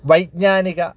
വൈജ്ഞാനിക